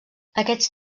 aquests